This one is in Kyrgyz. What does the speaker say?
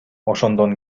ошондон